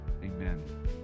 Amen